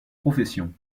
profession